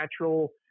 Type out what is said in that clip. natural